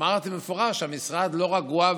אמרתי במפורש שהמשרד לא רגוע,